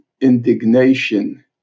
indignation